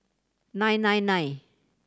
nine nine nine